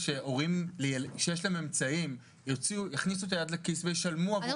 זה שהורים שיש להם אמצעים יכניסו את היד לכיס וישלמו עבור הטיפולים.